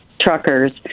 truckers